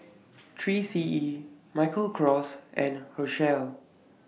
three C E Michael Kors and Herschel